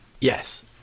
Yes